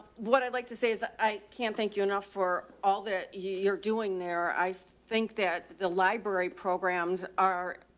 what i'd like to say is i can't thank you enough for all that you're doing there. i think that the library programs are,